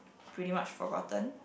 pretty much forgotten